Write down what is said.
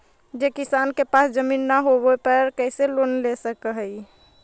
जे किसान के पास जमीन न होवे पर भी कैसे लोन ले सक हइ?